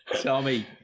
Tommy